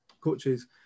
coaches